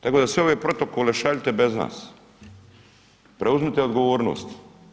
Tako da sve ove protokole šaljite bez nas, preuzmite odgovornost.